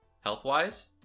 health-wise